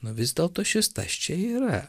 nu vis dėlto šis tas čia yra